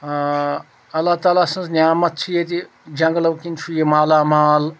ٲں اللہ تعالیٰ سٕنٛز نعمت چھِ ییٚتہِ جنٛگلو کِنۍ چھُ یہِ مالامال